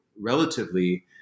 relatively